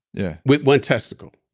yeah with one testicle,